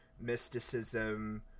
mysticism